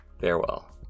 Farewell